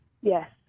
Yes